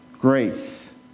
grace